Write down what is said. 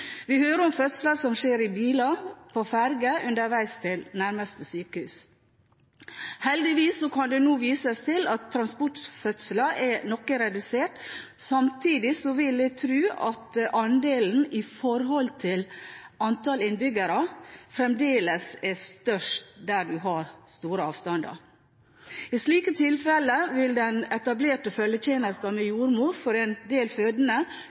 Vi hører om fødsler som skjer i biler og på ferger underveis til nærmeste sykehus. Heldigvis kan det nå vises til at antallet transportfødsler er noe redusert. Samtidig vil jeg tro at andelen i forhold til antallet innbyggere fremdeles er størst der det er store avstander til sykehus. I slike tilfeller vil den etablerte følgetjenesten med jordmor for en del